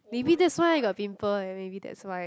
maybe that's why I got pimple leh maybe that's why